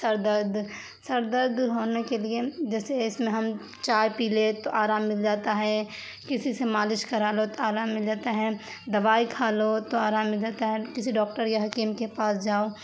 سر درد سر درد ہونے کے لیے جیسے اس میں ہم چائے پی لیں تو آرام مل جاتا ہے کسی سے مالش کرالو تو آرام مل جاتا ہے دوائی کھا لو تو آرام مل جاتا ہے کسی ڈاکٹر یا حکیم کے پاس جاؤ